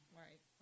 right